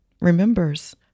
remembers